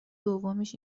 دومیش